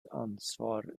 ansvar